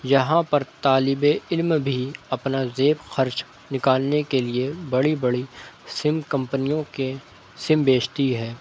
یہاں پر طالب علم بھی اپنا جیب خرچ نکالنے کے لیے بڑی بڑی سم کمپنیوں کے سم بیچتی ہیں